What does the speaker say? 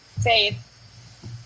faith